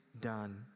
done